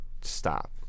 stop